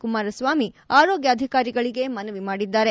ಕುಮಾರಸ್ವಾಮಿ ಆರೋಗ್ಯಾಧಿಕಾರಿಗಳಗೆ ಮನವಿ ಮಾಡಿದ್ದಾರೆ